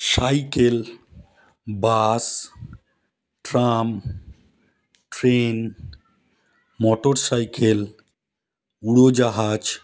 cycle bus tram train motor cycle উড়োজাহাজ